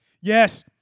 Yes